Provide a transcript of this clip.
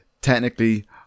technically